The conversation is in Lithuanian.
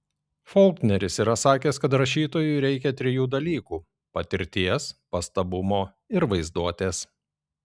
folkneris yra sakęs kad rašytojui reikia trijų dalykų patirties pastabumo ir vaizduotės